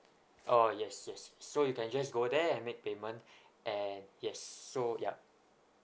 oh yes yes so you can just go there and make payment and yes so yup